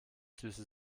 süße